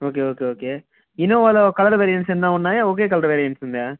okay okay okay ఇన్నోవాలో colour variants ఏవైనా ఉన్నాయా ఒకే కలర్ వేరియంట్స్ ఉందా